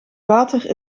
water